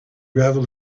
gravel